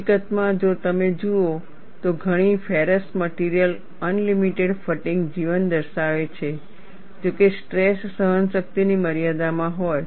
હકીકતમાં જો તમે જુઓ તો ઘણી ફેરસ મટિરિયલ અનલિમિટેડ ફટીગ જીવન દર્શાવે છે જો કે સ્ટ્રેસ સહનશક્તિની મર્યાદામાં હોય